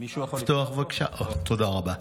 תודה רבה.